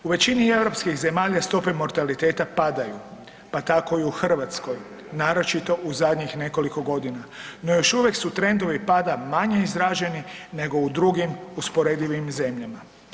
U većini europskih zemalja stope mortaliteta padaju pa tako i u Hrvatskoj, naročito u zadnjih nekoliko godina, no još uvijek su trendovi pada manje izraženi nego u drugim usporedivim zemljama.